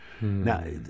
Now